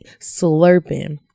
slurping